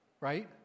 Right